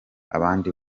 abandi